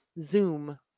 Zoom